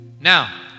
now